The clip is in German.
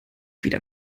wieder